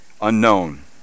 unknown